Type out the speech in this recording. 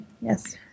Yes